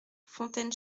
fontaine